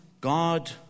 God